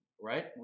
right